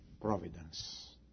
providence